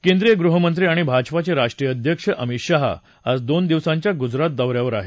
केंद्रीय गृहमंत्री आणि भाजपाचे राष्ट्रीय अध्यक्ष अमित शाह आज दोन दिवसांच्या गुजरात दौऱ्यावर आहेत